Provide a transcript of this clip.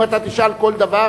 אם אתה תשאל כל דבר,